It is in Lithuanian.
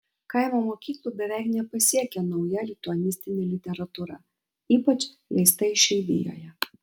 kaimo mokyklų beveik nepasiekia nauja lituanistinė literatūra ypač leista išeivijoje